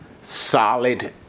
solid